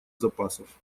запасов